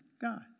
God